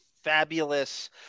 fabulous